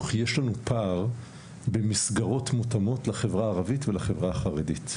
יש לנו פער במסגרות מותאמות לחברה הערבית ולחברה החרדית.